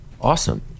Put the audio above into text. Awesome